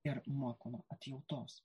ir mokoma atjautos